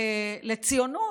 לציונות,